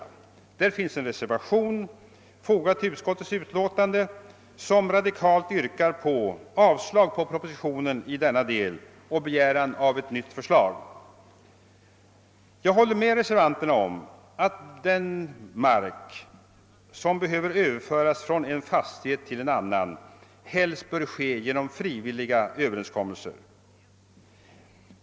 Beträffande detta finns en reservation fogad till utskottets utlåtande, där man radikalt yrkar avslag på propositionen i denna del och begär ett nytt förslag. Jag håller med reservanterna om att då mark behöver överföras från en fastighet till en annan detta helst bör ske genom frivilliga överenskommelser.